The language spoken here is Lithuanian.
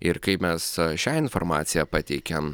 ir kaip mes šią informaciją pateikiam